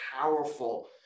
powerful